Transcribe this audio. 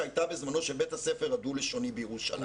ההצתה שהייתה בזמנו של בית הספר הדו-לשוני בירושלים,